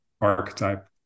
archetype